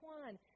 one